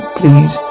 please